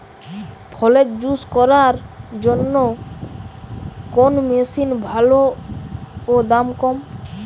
ফলের জুস করার জন্য কোন মেশিন ভালো ও দাম কম?